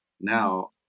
now